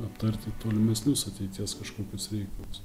aptarti tolimesnius ateities kažkokius reikalus